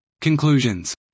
Conclusions